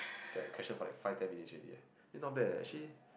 that question for that five ten minutes already eh not bad actually